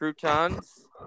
croutons